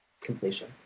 completion